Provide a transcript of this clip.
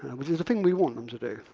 which is the thing we want them to do.